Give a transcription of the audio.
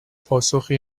پاسخی